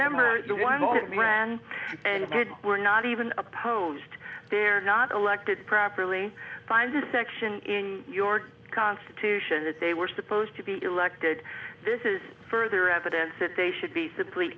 number one we're not even supposed they're not elected properly finds a section in your constitution that they were supposed to be elected this is further evidence that they should be simply